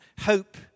hope